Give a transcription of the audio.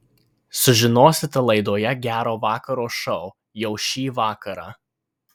sužinosite laidoje gero vakaro šou jau šį vakarą